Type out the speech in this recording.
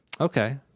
Okay